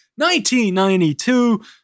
1992